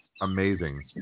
amazing